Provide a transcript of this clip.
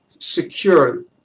Secure